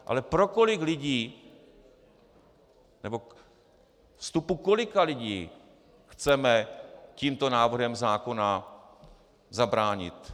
Ale pro kolik lidí, nebo vstupu kolika lidí chceme tímto návrhem zákona zabránit?